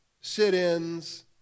sit-ins